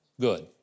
good